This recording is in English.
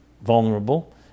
vulnerable